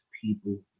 people